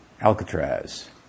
Alcatraz